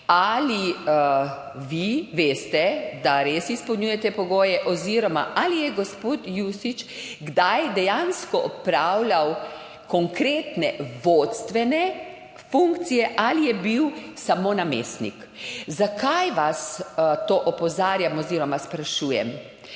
Ali vi veste, da res izpolnjuje pogoje oziroma ali je gospod Jušić kdaj dejansko opravljal konkretne vodstvene funkcije ali je bil samo namestnik? Zakaj vas na to opozarjam oziroma sprašujem?